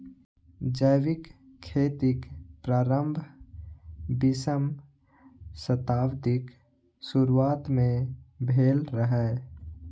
जैविक खेतीक प्रारंभ बीसम शताब्दीक शुरुआत मे भेल रहै